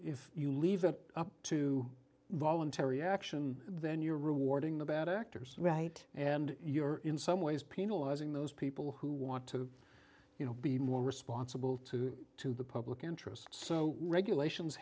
if you leave it up to voluntary action then you're rewarding the bad actors right and you're in some ways penalizing those people who want to you know be more responsible to to the public interest so regulations